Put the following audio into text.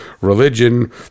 religion